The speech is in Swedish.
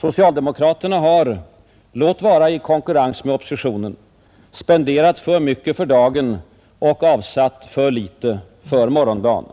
Socialdemokraterna har — låt vara i konkurrens med oppositionen — spenderat för mycket för dagen och avsatt för litet för morgondagen.